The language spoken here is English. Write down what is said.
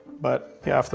but yeah,